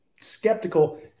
skeptical